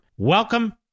Welcome